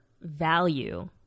value